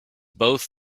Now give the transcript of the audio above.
both